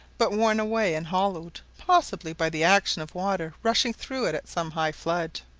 but worn away, and hollowed, possibly, by the action of water rushing through it at some high flood.